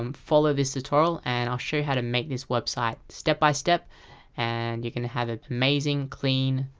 um follow this tutorial and i'll show you how to make this website step by step and you can have an amazing, clean,